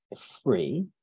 free